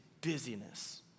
busyness